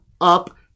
up